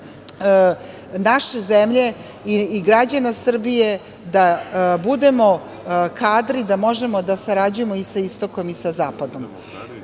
naše zemlje i građana Srbije da budemo kadri da možemo da sarađujemo i sa istokom i sa